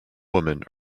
woman